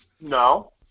No